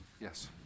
Yes